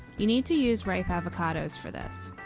you need to use ripe avocados for this.